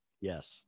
Yes